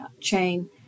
chain